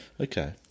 Okay